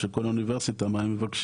או של כל אוניברסיטה מה הם מבקשים.